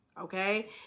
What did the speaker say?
okay